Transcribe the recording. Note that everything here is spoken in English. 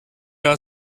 are